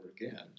again